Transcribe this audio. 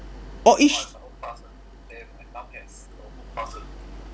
orh each